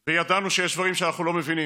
ידענו שיש דברים שאנחנו לא מבינים,